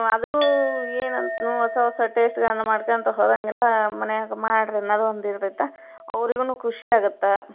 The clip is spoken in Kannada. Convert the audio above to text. ಆದರೂ ಏನಂತ ಹೊಸ ಹೊಸ ಟೇಸ್ಟ್ಗಳನ್ನು ಮಾಡ್ಕೊಂತ ಹೋದಾಗೆಲ್ಲ ಮನ್ಯಾಗೆ ಮಾಡಿರಿ ಅನ್ನೋದು ಒಂದು ಇರ್ತೈತೆ ಅವ್ರಿಗೂ ಖುಷಿಯಾಗತ್ತೆ